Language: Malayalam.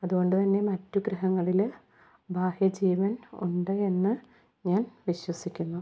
അതുകൊണ്ട് തന്നെ മറ്റു ഗ്രഹങ്ങളിൽ ബാഹ്യ ജീവൻ ഉണ്ട് എന്ന് ഞാൻ വിശ്വസിക്കുന്നു